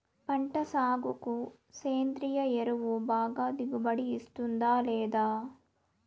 పంట సాగుకు సేంద్రియ ఎరువు బాగా దిగుబడి ఇస్తుందా లేదా